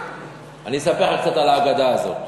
אני אספר לך קצת על האגדה הזאת,